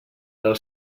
del